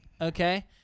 Okay